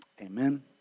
amen